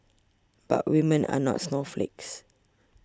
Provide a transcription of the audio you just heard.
but women are not snowflakes